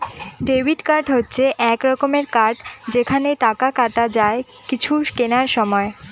debit card হচ্ছে এক রকমের কার্ড যেখানে টাকা কাটা যায় কিছু কেনার সময়